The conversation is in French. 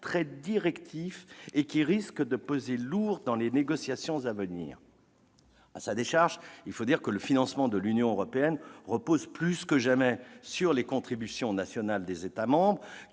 très directif et qui risque de peser lourd dans les négociations à venir. À sa décharge, il faut dire que le financement de l'Union européenne repose plus que jamais sur les contributions nationales des États membres,